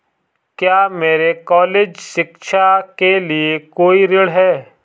क्या मेरे कॉलेज शिक्षा के लिए कोई ऋण है?